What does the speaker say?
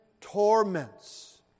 torments